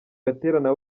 gatera